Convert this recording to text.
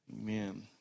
Amen